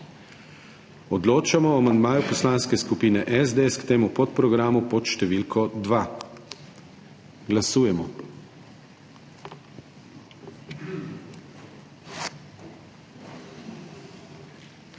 Odločamo o amandmaju Poslanske skupine SDS k temu podprogramu pod številko 2. Glasujemo.